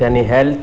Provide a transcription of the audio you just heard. ત્યાંની હેલ્થ